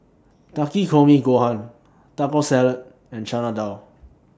Takikomi Gohan Taco Salad and Chana Dal